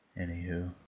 Anywho